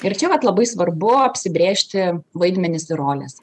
ir čia vat labai svarbu apsibrėžti vaidmenis ir roles